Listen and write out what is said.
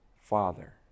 Father